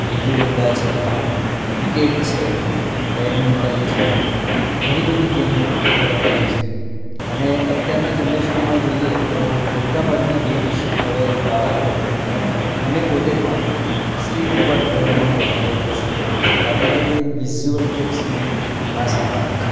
ગીલીડન્ડા છે ક્રિકેટ છે બેડમિન્ટન છે ઘણી બધી ગેમો રમેલી છે અને અત્યારના જનરેશનમાં જોઈએ તો મોટા ભાગની ગેમ્સ હવે બાળકો અને અમે પોતે પણ સ્ક્રીન ઉપર રમવાનું વધારે પસંદ કરીએ છીએ કારણ કે તે વિઝ્યુઅલ ઇફેક્ટ્સ બહુ ઘણા સારા આપે છે